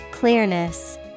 Clearness